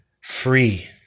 free